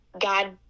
God